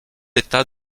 états